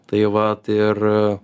tai vat ir